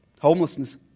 Homelessness